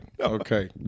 Okay